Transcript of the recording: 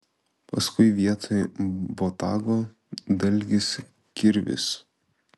paskui vietoj botago dalgis kirvis